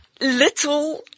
Little